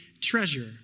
treasure